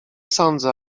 sądzę